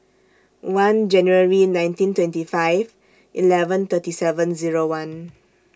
one January nineteen twenty five eleven thirty seven Zero one